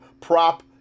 prop